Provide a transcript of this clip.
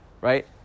right